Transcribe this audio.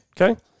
Okay